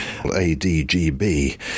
ADGB